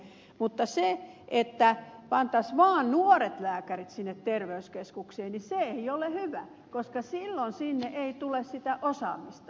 mutta se että pantaisiin vaan nuoret lääkärit sinne terveyskeskuksiin ei ole hyvä koska silloin sinne ei tule sitä osaamista